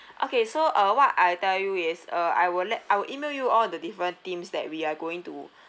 okay so uh what I tell you is a I will let I will email you all the different themes that we are going to